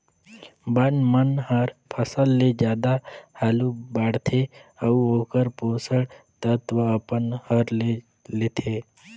बन मन हर फसल ले जादा हालू बाड़थे अउ ओखर पोषण तत्व अपन हर ले लेथे